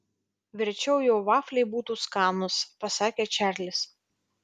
verčiau jau vafliai būtų skanūs pasakė čarlis